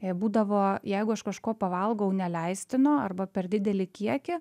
jei būdavo jeigu aš kažko pavalgau neleistino arba per didelį kiekį